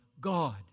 God